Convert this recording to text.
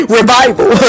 Revival